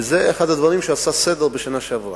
וזה אחד הדברים שעשו סדר בשנה שעברה.